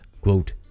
Quote